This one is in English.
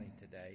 today